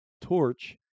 torch